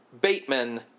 Bateman